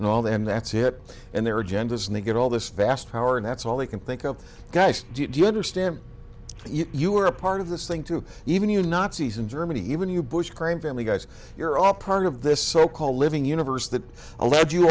and all them that's it and their agendas and they get all this vast power and that's all they can think of guys did you understand you were a part of this thing too even you nazis in germany even you bush crime family guys you're all part of this so called living universe that allowed you